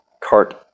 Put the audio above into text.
CART